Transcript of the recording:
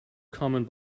common